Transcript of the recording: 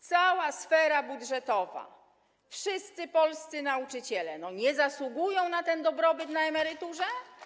Cała sfera budżetowa, wszyscy polscy nauczyciele nie zasługują na ten dobrobyt na emeryturze?